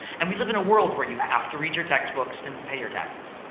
and we live in a world where you have to read your textbooks and pay your taxes.